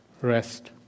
rest